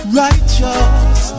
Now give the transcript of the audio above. righteous